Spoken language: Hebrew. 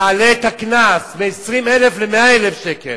תעלה את הקנס מ-20,000 ל-100,000 שקל,